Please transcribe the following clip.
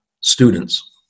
students